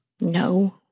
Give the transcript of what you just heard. No